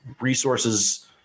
resources